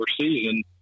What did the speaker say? season